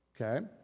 okay